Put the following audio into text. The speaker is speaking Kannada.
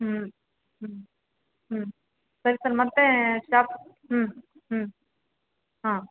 ಹ್ಞೂ ಹ್ಞೂ ಹ್ಞೂ ಸರಿ ಸರ್ ಮತ್ತೆ ಶಾಪ್ ಹ್ಞೂ ಹ್ಞೂ ಹಾಂ